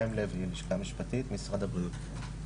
חיים לוי, לשכה משפטית, משרד הבריאות.